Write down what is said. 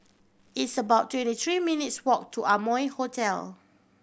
it's about twenty three minutes' walk to Amoy Hotel